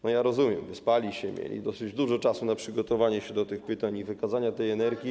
No, rozumiem, wyspali się, mieli dosyć dużo czasu na przygotowanie się do tych pytań i wykazania tej energii.